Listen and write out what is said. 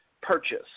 purchase